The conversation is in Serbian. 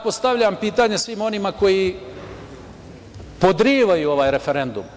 Postavljam pitanje svima onima koji podrivaju ovaj referendum.